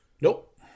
Nope